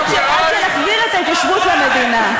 עד שנחזיר את ההתיישבות למדינה.